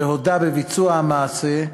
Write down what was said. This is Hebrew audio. שהודה בביצוע המעשה,